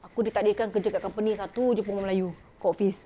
aku ditakdirkan kerja kat company satu jer perempuan melayu dekat office